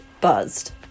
buzzed